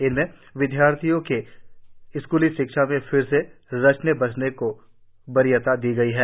इनमें विदयार्थियों के स्क्ली शिक्षा में फिर से रचने बसने को वरीयता दी गई है